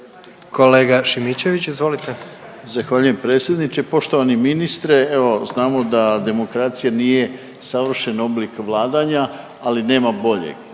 **Šimičević, Rade (HDZ)** Zahvaljujem predsjedniče. Poštovani ministre evo znamo da demokracija nije savršen oblik vladanja, ali nema boljeg.